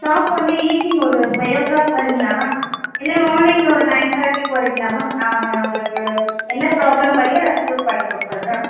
shop வந்து evening ஒரு five யோ க்ளாக் வரீங்களா மேம் இல்லை மார்னிங் ஒரு நைன் தேர்ட்டிக்கு வரீங்களா மேம் நான் உங்களுக்கு என்ன ப்ராப்ளம் படியோ நான் க்யூர் பண்ணி கொடுத்துறேன்